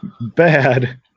bad